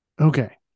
Okay